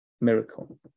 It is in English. miracle